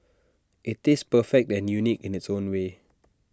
IT tastes perfect and unique in its own way